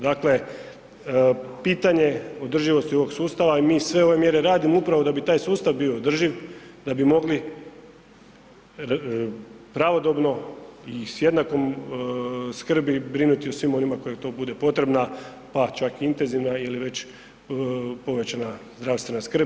Dakle, pitanje održivosti ovog sustava i mi sve ove mjere radimo upravo da bi taj sustav bio održiv, da bi mogli pravodobno i s jednakom skrbi brinuti o svim onima kada to bude potrebno, pa čak intenzivna ili već povećana zdravstvena skrb.